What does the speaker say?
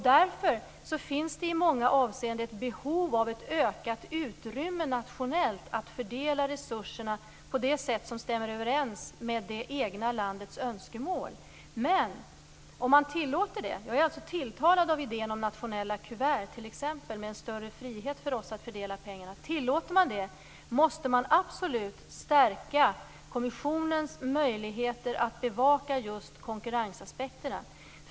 Därför finns det i många avseenden ett behov av ett ökat nationellt utrymme att fördela resurserna på det sätt som stämmer överens med det egna landets önskemål. Jag är alltså tilltalad av exempelvis idén om nationella kuvert med en större frihet för oss att fördela pengarna. Tillåter man det måste man absolut stärka kommissionens möjligheter att bevaka just konkurrensaspekterna.